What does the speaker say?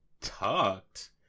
tucked